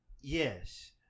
Yes